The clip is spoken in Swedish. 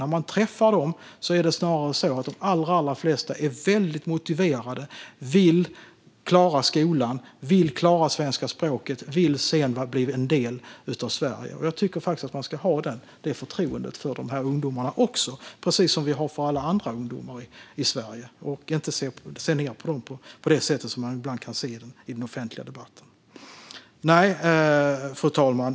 När man träffar dem märker man att de allra flesta är väldigt motiverade, vill klara skolan, vill lära sig svenska språket och vill bli en del av Sverige. Jag tycker att vi ska ha förtroende även för dessa ungdomar, på samma sätt som vi har förtroende för alla andra ungdomar i Sverige, och inte se ned på dem på det sätt som ibland görs i den offentliga debatten. Fru talman!